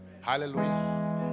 Hallelujah